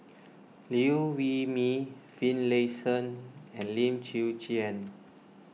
Liew Wee Mee Finlayson and Lim Chwee Chian